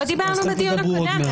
לא דיברנו בדיון הקודם.